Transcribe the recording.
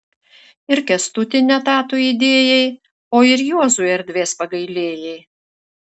ir kęstutį ne tą tu įdėjai o ir juozui erdvės pagailėjai